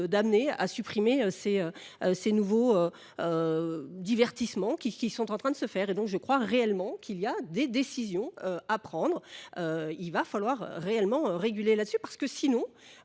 d'amener à supprimer ces nouveaux divertissements qui sont en train de se faire et donc je crois réellement qu'il y a des décisions à prendre. il va falloir réellement réguler là-dessus parce que sinon